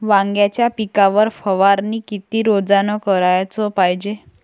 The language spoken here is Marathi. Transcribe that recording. वांग्याच्या पिकावर फवारनी किती रोजानं कराच पायजे?